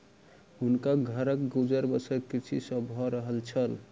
हुनकर घरक गुजर बसर कृषि सॅ भअ रहल छल